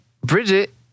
Bridget